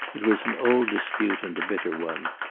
it was an old dispute and a bitter one.